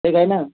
ठीक है ना